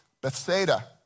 Bethsaida